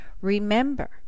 Remember